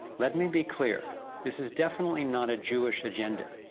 let me be clear this is definitely not a jewish agenda